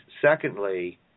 secondly